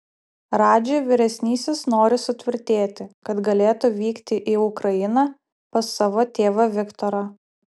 radži vyresnysis nori sutvirtėti kad galėtų vykti į ukrainą pas savo tėvą viktorą